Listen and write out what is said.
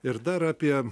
ir dar apie